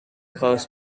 close